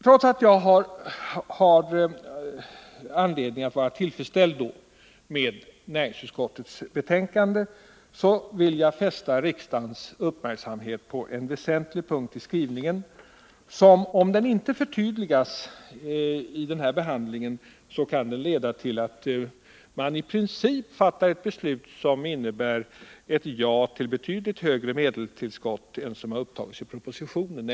Trots att jag har anledning att vara tillfredsställd med näringsutskottets betänkande vill jag fästa riksdagens uppmärksamhet på en väsentlig punkt i skrivningen, som om den inte förtydligas vid kammarens behandling kan leda till att riksdagen i dag i princip fattar beslut som innebär ett ja till betydligt högre medelstilldelning än som upptagits i propositionen.